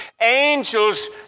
angels